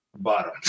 bottom